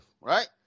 right